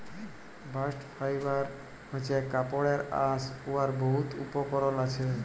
bast fibre হছে কাপড়ের আঁশ উয়ার বহুত উপকরল আসে